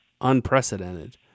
unprecedented